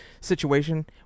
situation